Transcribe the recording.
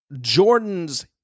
Jordan's